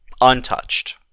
Untouched